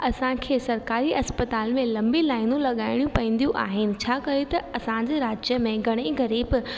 असांखे सरकारी अस्पताल में लंबी लाइनूं लगाइणियूं पवंदियूं आहिनि छा करे त असांजे राज्य में घणेई ग़रीब